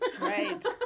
Right